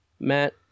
Matt